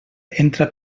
entra